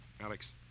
Alex